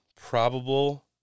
probable